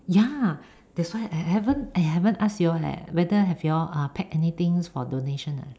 ya that's why I haven't I haven't ask you all leh whether have you all uh packed anything for donation or not